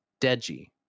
deji